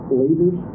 leaders